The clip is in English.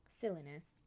silliness